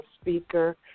speaker